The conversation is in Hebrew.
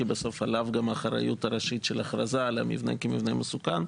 שעליו גם האחריות הראשית של ההכרזה על המבנה כמבנה מסוכן,